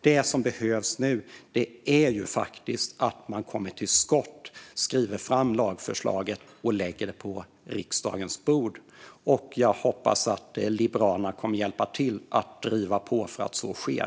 Det som behövs nu är faktiskt att man kommer till skott, skriver fram lagförslaget och lägger det på riksdagens bord. Jag hoppas att Liberalerna kommer att hjälpa till att driva på för att så sker.